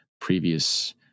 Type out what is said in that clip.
previous